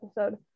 episode